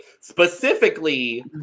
specifically